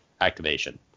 Activation